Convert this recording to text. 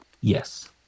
Yes